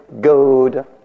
good